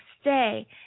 stay